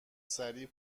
سریع